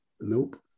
Nope